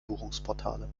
buchungsportale